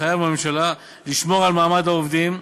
התחייבנו בממשלה לשמור על מעמד העובדים,